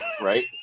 Right